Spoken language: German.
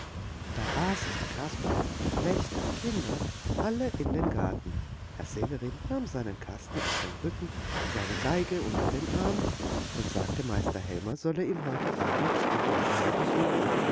da rasten kasperlemann wächter kinder alle in den garten herr severin nahm seinen kasten auf den rücken seine geige unter den arm und sagte meister helmer solle ihn heute abend doch noch einmal besuchen